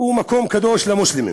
הוא מקום קדוש למוסלמים,